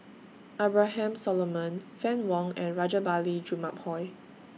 Abraham Solomon Fann Wong and Rajabali Jumabhoy